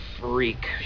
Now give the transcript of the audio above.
freak